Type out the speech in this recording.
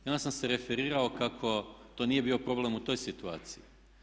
I onda sam se referirao kako to nije bio problem u toj situaciji.